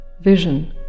vision